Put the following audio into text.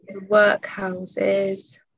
workhouses